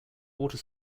water